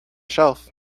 shelf